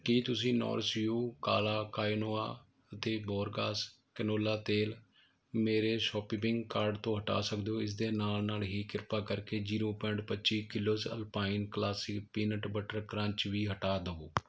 ਕੀ ਤੁਸੀਂ Nourish you ਕਾਲਾ quinoa ਅਤੇ ਬੋਰਕਾਸ ਕੈਨੋਲਾ ਤੇਲ ਮੇਰੇ ਸ਼ੌਪਪਿੰਗ ਕਾਰਟ ਤੋਂ ਹਟਾ ਸਕਦੇ ਹੋ ਇਸ ਦੇ ਨਾਲ ਨਾਲ ਹੀ ਕ੍ਰਿਪਾ ਕਰਕੇ ਜ਼ੀਰੋ ਪੁਆਇੰਟ ਪੱਚੀ kilos Alpine classic peanut butter crunch ਵੀ ਹਟਾ ਦੇਵੋ